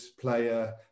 player